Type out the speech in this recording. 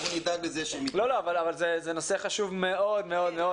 --- זה נושא חשוב מאוד.